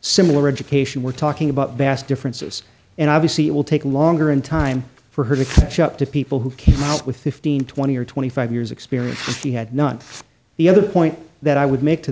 similar education we're talking about bass differences and obviously it will take longer in time for her to catch up to people who came out with fifteen twenty or twenty five years experience she had none the other point that i would make to